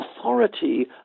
authority